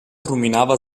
ruminava